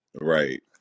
Right